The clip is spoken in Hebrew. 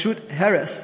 פשוט הרס.